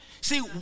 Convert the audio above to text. See